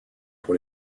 pour